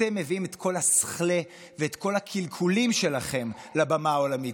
אתם מביאים את כל הסחלה ואת כל הקלקולים שלכם לבמה העולמית.